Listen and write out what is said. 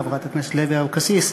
חברת הכנסת לוי אבקסיס,